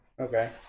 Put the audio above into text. Okay